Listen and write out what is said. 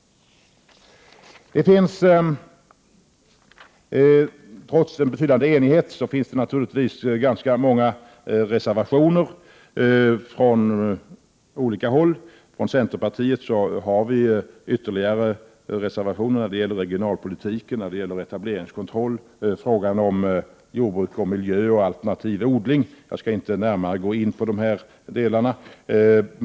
Trots en betydande enighet finns det naturligtvis ganska många reservationer från olika partier. Centerpartiet har avgett reservationer om regionalpolitiken, etableringskontroll, frågan om jordbruk och miljö och alternativ odling. Jag skallinte närmare gå in på dessa frågor.